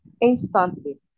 instantly